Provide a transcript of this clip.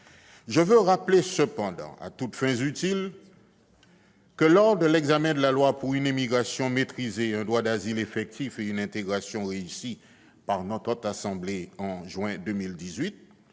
Je veux néanmoins rappeler, à toutes fins utiles, que, lors de l'examen de la loi pour une immigration maîtrisée, un droit d'asile effectif et une intégration réussie par la Haute Assemblée en juin 2018,